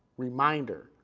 reminder,